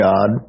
God